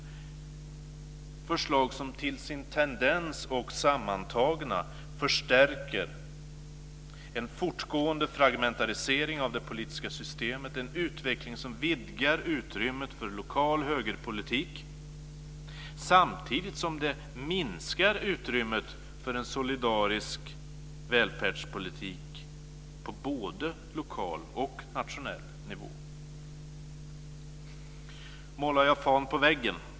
Det är förslag som till sin tendens och sammantagna förstärker en fortgående fragmentisering av det politiska systemet, en utveckling som vidgar utrymmet för lokal högerpolitik samtidigt som den minskar utrymmet för en solidarisk välfärdspolitik på både lokal och nationell nivå. Målar jag fan på väggen?